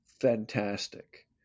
fantastic